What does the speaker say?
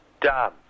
Done